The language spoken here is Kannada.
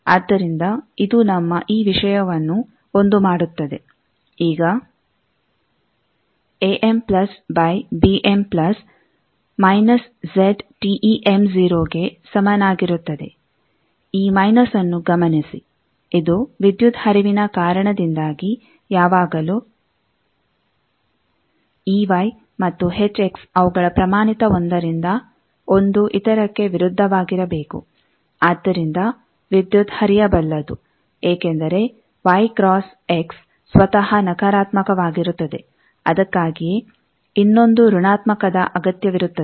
ಆದ್ದರಿಂದ ಇದು ನಮ್ಮ ಈ ವಿಷಯವನ್ನು 1 ಮಾಡುತ್ತದೆ ಈಗ ಈ ಮೈನಸ್ನ್ನು ಗಮನಿಸಿ ಇದು ವಿದ್ಯುತ್ ಹರಿವಿನ ಕಾರಣದಿಂದಾಗಿ ಯಾವಾಗಲೂ ಮತ್ತು ಅವುಗಳ ಪ್ರಮಾಣಿತ ಒಂದರಿಂದ 1 ಇತರಕ್ಕೆ ವಿರುದ್ಧವಾಗಿರಬೇಕು ಆದ್ದರಿಂದ ವಿದ್ಯುತ್ ಹರಿಯಬಲ್ಲದು ಏಕೆಂದರೆ ವೈ ಕ್ರಾಸ್ ಎಕ್ಸ್ ಸ್ವತಃ ನಕಾರಾತ್ಮಕವಾಗಿರುತ್ತದೆ ಅದಕ್ಕಾಗಿಯೇ ಇನ್ನೊಂದು ಋಣಾತ್ಮಕದ ಅಗತ್ಯವಿರುತ್ತದೆ